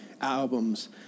albums